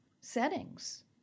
settings